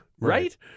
Right